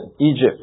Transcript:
Egypt